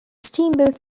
steamboat